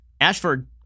Ashford